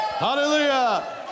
Hallelujah